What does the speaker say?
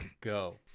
go